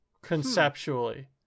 conceptually